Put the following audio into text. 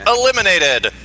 eliminated